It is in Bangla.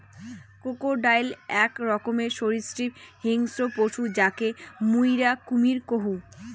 ক্রোকোডাইল আক রকমের সরীসৃপ হিংস্র পশু যাকে মুইরা কুমীর কহু